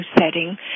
setting